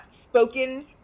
spoken